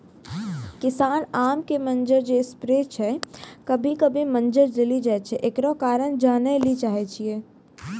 किसान आम के मंजर जे स्प्रे छैय कभी कभी मंजर जली जाय छैय, एकरो कारण जाने ली चाहेय छैय?